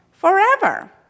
Forever